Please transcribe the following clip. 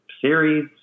series